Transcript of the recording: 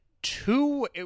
two